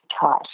tight